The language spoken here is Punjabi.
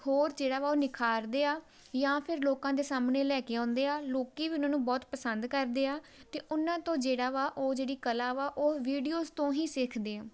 ਹੋਰ ਜਿਹੜਾ ਵਾ ਉਹ ਨਿਖਾਰਦੇ ਆ ਜਾਂ ਫਿਰ ਲੋਕਾਂ ਦੇ ਸਾਹਮਣੇ ਲੈ ਕੇ ਆਉਂਦੇ ਆ ਲੋਕ ਵੀ ਉਹਨਾਂ ਨੂੰ ਬਹੁਤ ਪਸੰਦ ਕਰਦੇ ਆ ਅਤੇ ਉਹਨਾਂ ਤੋਂ ਜਿਹੜਾ ਵਾ ਉਹ ਜਿਹੜੀ ਕਲਾ ਵਾ ਉਹ ਵੀਡੀਓਜ ਤੋਂ ਹੀ ਸਿੱਖਦੇ ਆ